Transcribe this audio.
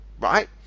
right